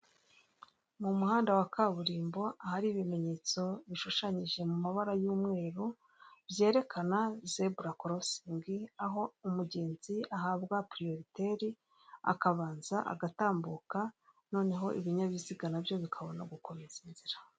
Mu muhanda wa kaburimbo hari ibimenyetso bishushanyije mu mabara y'umweru, byerekana zebura korosingi aho umugenzi ahabwa puriyoriteri akabanza agatambuka, noneho ibinyabiziga nabyo bikabona gukomeza inzira.